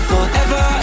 Forever